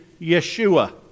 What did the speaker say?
Yeshua